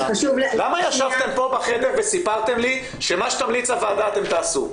למה ישבתם פה בחדר וסיפרתם לי שמה שתמליץ הוועדה אתם תעשו?